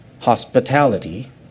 hospitality